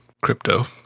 Crypto